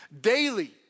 Daily